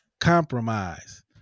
compromise